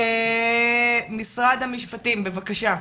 משרד המשפטים, בבקשה.